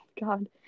God